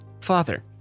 father